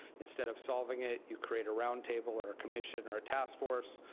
instead of solving it, you create a roundtable or a commission or a task force,